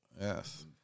Yes